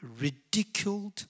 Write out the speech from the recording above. ridiculed